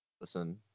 Listen